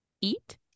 Eat